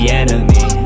enemy